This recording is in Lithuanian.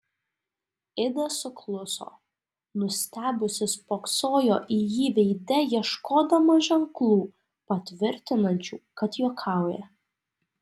ida sukluso nustebusi spoksojo į jį veide ieškodama ženklų patvirtinančių kad juokauja